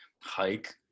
hike